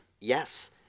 Yes